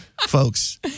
folks